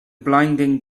blinding